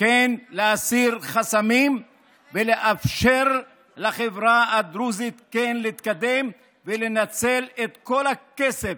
כן להסיר חסמים ולאפשר לחברה הדרוזית להתקדם ולנצל את כל הכסף